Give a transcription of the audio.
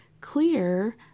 clear